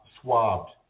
swabbed